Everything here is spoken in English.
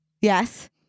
Yes